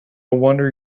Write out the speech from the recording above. wonder